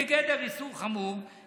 בגלל שאתה לא רוצה לפגוע באף אחד,